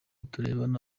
turebana